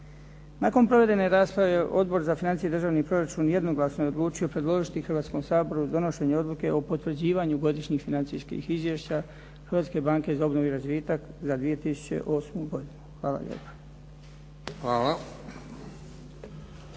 Nakon provedene rasprave Odbor za financije i državni proračun jednoglasno je odlučio predložiti Hrvatskom saboru donošenje odluke o potvrđivanju Godišnjih financijskih izvješća Hrvatske banke za obnovu i razvitak za 2008. godinu. Hvala lijepa.